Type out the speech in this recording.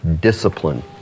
discipline